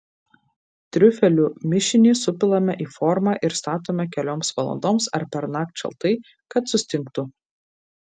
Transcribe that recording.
triufelių mišinį supilame į formą ir statome kelioms valandoms ar pernakt šaltai kad sustingtų